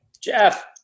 Jeff